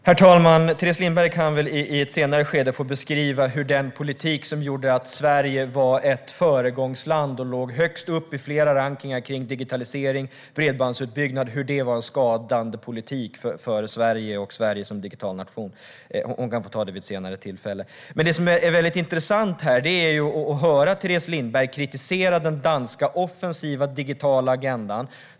Herr talman! Teres Lindberg kan vid ett senare tillfälle få beskriva hur den politik som gjorde Sverige till ett föregångsland som låg högst upp i flera rankningar av digitalisering och bredbandsutbyggnad var skadlig för Sverige som digital nation. Det är intressant att höra Teres Lindberg kritisera den danska offensiva digitala agendan.